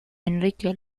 enrique